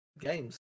games